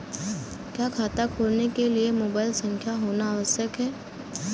क्या खाता खोलने के लिए मोबाइल संख्या होना आवश्यक है?